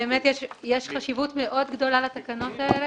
החשובות האלה שהן באמת לטובת מטופלים במדינת ישראל.